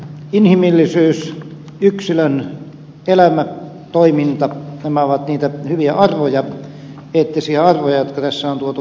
inhimillisyys yksilön elämä toiminta nämä ovat niitä hyviä arvoja eettisiä arvoja jotka tässä on tuotu hienosti esille